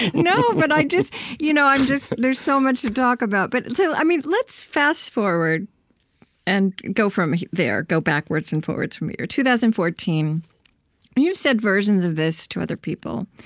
you know but i just you know i just there's so much to talk about. but and so i mean, let's fast forward and go from there, go backwards and forwards from there. two thousand and fourteen you've said versions of this to other people,